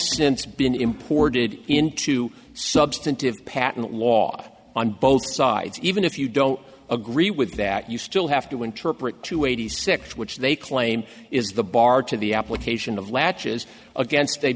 since been imported into substantive patent law on both sides even if you don't agree with that you still have to interpret two eighty six which they claim is the bar to the application of latches against a